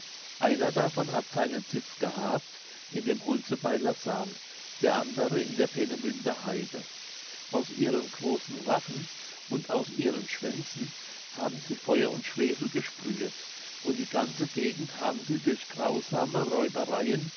einer davon hat seinen sitz gehabt in dem holze bei lassahn der andere in der peenemünder haide aus ihren großen rachen und aus ihren schwänzen haben sie feuer und schwefel gesprühet und die ganze gegend haben sie durch grausame